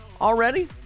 already